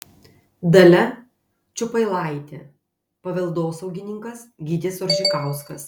dalia čiupailaitė paveldosaugininkas gytis oržikauskas